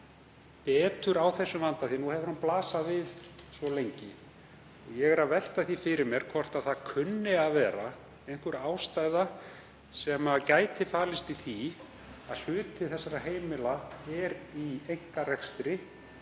betur á þessum vanda, því að nú hefur hann blasað við svo lengi? Ég velti fyrir mér hvort það kunni að vera einhver ástæða sem gæti falist í því að hluti þessara heimila er í einkarekstri